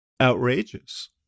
outrageous